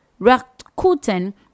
Rakuten